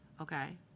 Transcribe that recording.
Okay